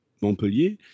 Montpellier